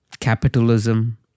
capitalism